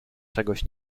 czegoś